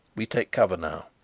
we take cover now.